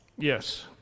Yes